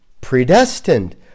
predestined